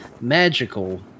magical